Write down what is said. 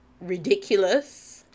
ridiculous